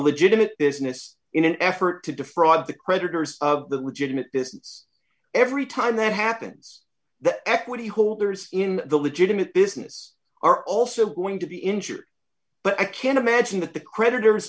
legitimate business in an effort to defraud the creditors of the region at this every time that happens the equity holders in the legitimate business are also going to be injured but i can't imagine that the creditors